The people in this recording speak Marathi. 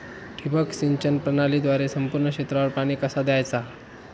ठिबक सिंचन प्रणालीद्वारे संपूर्ण क्षेत्रावर पाणी कसा दयाचा?